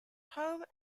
home